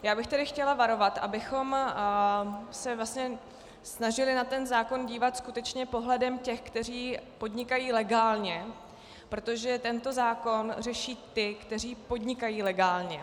Já bych tady chtěla varovat, abychom se snažili na tento zákon dívat skutečně pohledem těch, kteří podnikají legálně, protože tento zákon řeší ty, kteří podnikají legálně.